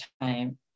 time